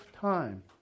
time